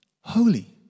holy